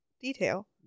detail